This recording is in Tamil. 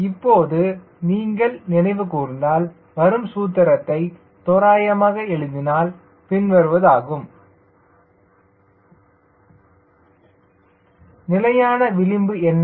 இப்போது நீங்கள் நினைவுகூர்ந்தால் வரும் சூத்திரத்தை தோராயமாக எழுதினால் CmCL𝑆𝑡𝑎𝑡𝑖𝑐 𝑀𝑎𝑟𝑔𝑖𝑛 நிலையான விளிம்பு என்ன